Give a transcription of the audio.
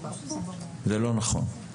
זה לא נכון.